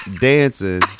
dancing